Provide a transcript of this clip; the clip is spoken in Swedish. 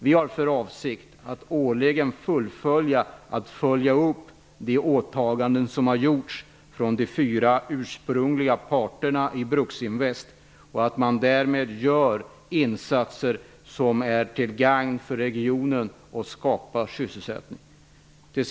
Vi har för avsikt att årligen följa upp de åtaganden som har gjorts av de fyra ursprungliga parterna i Bruksinvest när det gäller insatser som är till gagn för regionen och skapar sysselsättning. Fru talman!